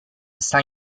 sta